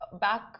back